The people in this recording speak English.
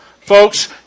Folks